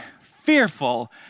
fearful